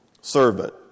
servant